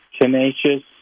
tenacious